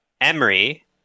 Emery